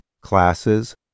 classes